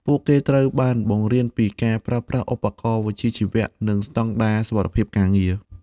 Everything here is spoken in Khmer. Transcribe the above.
ពួកគេត្រូវបានបង្រៀនពីការប្រើប្រាស់ឧបករណ៍វិជ្ជាជីវៈនិងស្តង់ដារសុវត្ថិភាពការងារ។